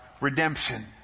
redemption